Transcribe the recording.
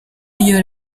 iyo